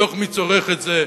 מתוך מי צורך את זה,